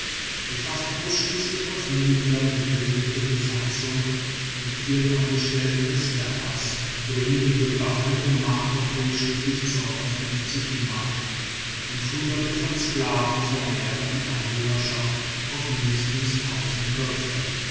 die fast ausschließlich aus nubiern gebildete besatzung und die vielen angestellten des ghattas bringen die bewaffnete macht auf durchschnittlich mann und hunderte von sklaven vermehren die einwohnerschaft auf mindestens köpfe